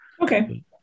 Okay